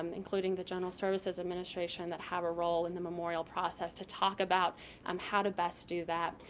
um including the general services administration that have a role in the memorial process to talk about um how to best do that.